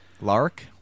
Lark